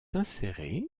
inséré